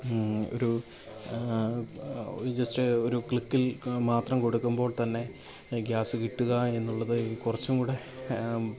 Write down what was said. ഒരു ജസ്റ്റ് ഒരു ക്ലിക്കിൽ മാത്രം കൊടുക്കുമ്പോൾത്തന്നെ ഗ്യാസ് കിട്ടുക എന്നുള്ളത് കുറച്ചുംകൂടി